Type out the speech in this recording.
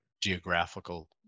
geographical